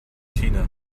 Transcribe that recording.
tina